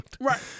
Right